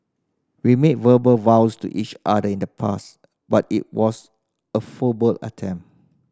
we made verbal vows to each other in the past but it was a full ball attempt